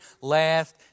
last